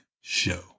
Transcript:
show